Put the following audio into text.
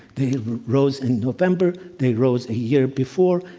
they rose in november they rose a year before.